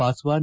Paswan